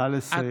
נא לסיים.